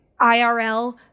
IRL –